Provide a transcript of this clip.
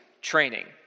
training